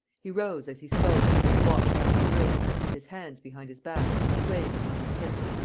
he rose, as he spoke, and walked round the room, with his hands behind his back, swaying upon his hips.